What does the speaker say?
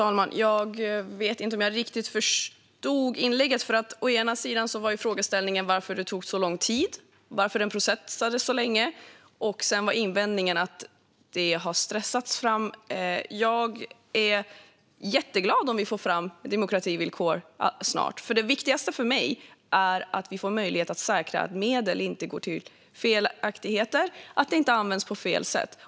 Fru talman! Jag vet inte om jag riktigt förstod inlägget. Å ena sidan var frågeställningen varför det tog så lång tid och varför frågan processades så länge, och å andra sidan invändes att detta stressats fram. Jag är jätteglad om vi snart får fram demokrativillkor. Det viktigaste för mig är nämligen att vi får möjlighet att säkra att medel inte går till felaktigheter och inte används på fel sätt.